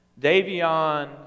Davion